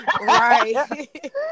Right